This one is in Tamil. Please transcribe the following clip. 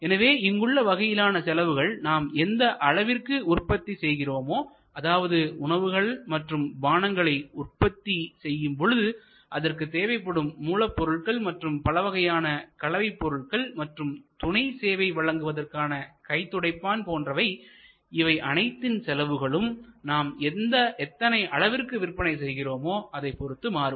எனவே இங்குள்ள வகையிலான செலவுகள் நாம் எந்த அளவிற்கு உற்பத்தி செய்கிறோமோ அதாவது உணவுகள் மற்றும் பானங்களை உற்பத்தி செய்யும் பொழுது அதற்கு தேவைப்படும் மூலப்பொருள்கள் மற்றும் பல வகையான கலவை பொருள்கள் மற்றும் துணை சேவை வழங்குவதற்கான கை துடைப்பான் போன்றவை இவை அனைத்தின் செலவுகளும் நாம் எத்தனை அளவுக்கு விற்பனைச் செய்கிறோமோ அதைப் பொறுத்து அமையும்